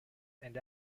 and